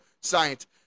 science